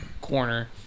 corner